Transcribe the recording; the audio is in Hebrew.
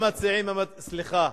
סליחה.